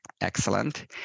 excellent